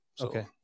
Okay